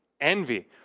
Envy